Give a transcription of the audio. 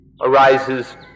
arises